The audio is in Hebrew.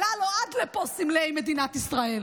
עלו עד לפה סמלי מדינת ישראל.